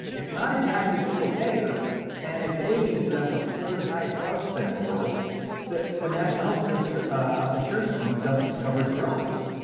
it's not exactly single-payer and the canadians that have the third highest drug spend in the world that the national health so sort of insurance scheme doesn't cover drugs.